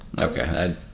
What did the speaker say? Okay